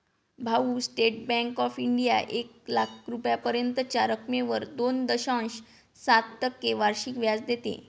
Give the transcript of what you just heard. भाऊ, State Bank of India एक लाख रुपयांपर्यंतच्या रकमेवर दोन दशांश सात टक्के वार्षिक व्याज देते